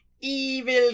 evil